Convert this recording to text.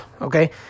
Okay